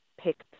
picked